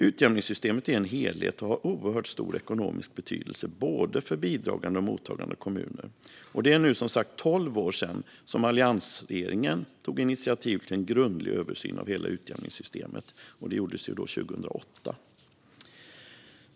Utjämningssystemet är en helhet och har oerhört stor ekonomisk betydelse för både bidragande och mottagande kommuner. Det är nu som sagt tolv år sedan alliansregeringen tog initiativ till en grundlig översyn av hela utjämningssystemet; det gjordes 2008.